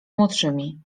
młodszymi